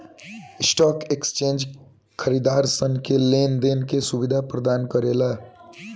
stock exchange खरीदारसन के लेन देन के सुबिधा परदान करेला